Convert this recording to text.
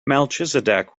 melchizedek